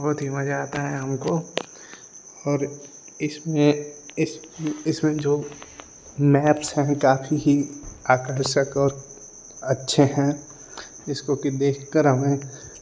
बहुत ही मज़ा आता है हमको और इसमें इस इसमें जो मैप्स हैं काफी आकर्षक और अच्छे हैं जिसको कि देखकर हमें